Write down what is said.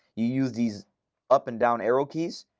you use these up and down arrow keys.